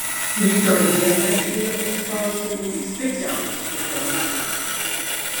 rytoj dienraštyje bus spausdinami specialūs kuponai